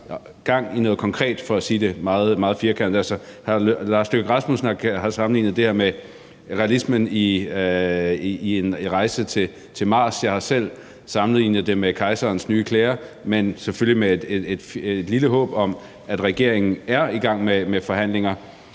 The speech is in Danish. de har gang i noget konkret, for at sige det meget firkantet. Altså, hr. Lars Løkke Rasmussen har sammenlignet det her med realismen i en rejse til Mars, og jeg har selv sammenlignet det med »Kejserens nye klæder«, men selvfølgelig med et lille håb om, at regeringen er i gang med forhandlinger.